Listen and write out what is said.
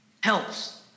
Helps